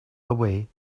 away